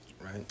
Right